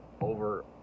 over